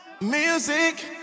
Music